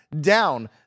down